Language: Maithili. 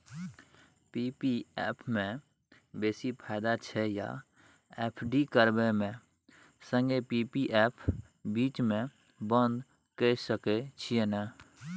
पी.पी एफ म बेसी फायदा छै या एफ.डी करबै म संगे पी.पी एफ बीच म बन्द के सके छियै न?